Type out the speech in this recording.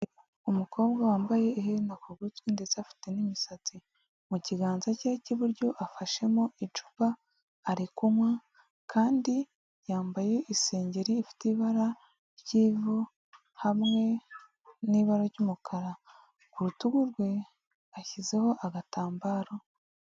Umukobwa wambaye iherena ku gutwi ndetse afite n'imisatsi. Mu kiganza cye cy'iburyo afashemo icupa, ari kunywa kandi yambaye isengeri ifite ibara ry'ivu hamwe n'ibara ry'umukara. Ku rutugu rwe ashyizeho agatambaro.